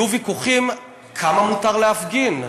יהיו ויכוחים כמה מותר להפגין,